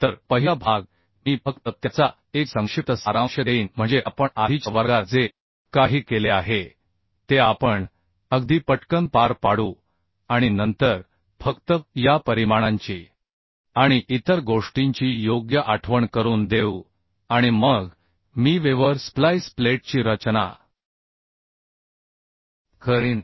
तर पहिला भाग मी फक्त त्याचा एक संक्षिप्त सारांश देईन म्हणजे आपण आधीच्या वर्गात जे काही केले आहे ते आपण अगदी पटकन पार पाडू आणि नंतर फक्त या परिमाणांचीआणि इतर गोष्टींची योग्य आठवण करून देऊ आणि मग मी वेव्हवर स्प्लाइस प्लेटची रचना करेन